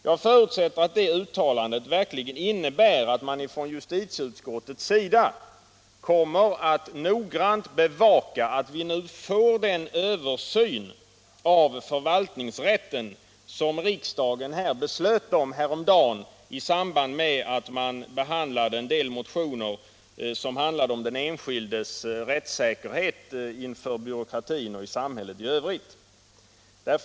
Jag förutsätter att det uttalandet verkligen innebär att man från justitieutskottets sida kommer att noga bevaka att vi nu får den översyn av förvaltningsrätten som riksdagen beslöt om häromdagen i samband med behandlingen av en del motioner om den enskildes rättssäkerhet inför byråkratin och i samhället i övrigt.